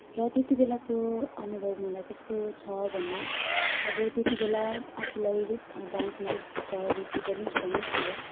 र त्यति बेलाको अनुभव मलाई कस्तो छ भने अब त्यति बेला आफूलाई डान्समा एक त रुचि पनि एकदमै थियो